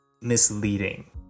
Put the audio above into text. misleading